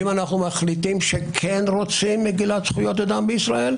אם אנחנו מחליטים שכן רוצים מגילת זכויות האדם בישראל,